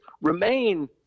remain